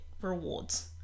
rewards